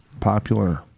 popular